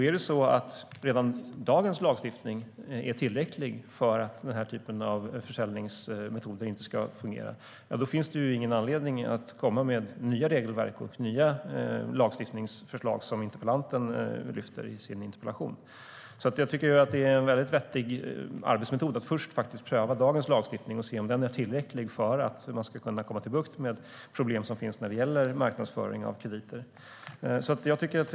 Är det så att redan dagens lagstiftning är tillräcklig för att den här typen av försäljningsmetoder inte ska fungera finns det ingen anledning att komma med nya regelverk och nya lagstiftningsförslag, som interpellanten lyfter fram i sin interpellation. Jag tycker att det är en vettig arbetsmetod att först pröva dagens lagstiftning och se om den är tillräcklig för att man ska kunna få bukt med de problem som finns när det gäller marknadsföring av krediter.